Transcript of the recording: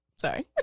sorry